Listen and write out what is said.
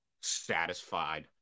Satisfied